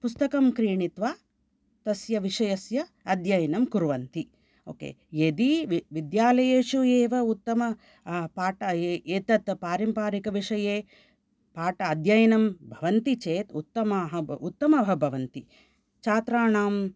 पुस्तकं क्रीणित्वा तस्य विषयस्य अध्ययनं कुर्वन्ति ओके यदि विद्यालयेषु एव उत्तम पाठ एतत् पारम्परिकविषये पाठ अध्ययनं भवन्ति चेत् उत्तमाः उत्तमाः भवन्ति छात्राणां